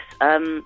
yes